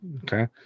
Okay